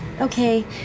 Okay